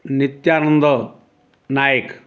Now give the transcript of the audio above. Nityananda Nayak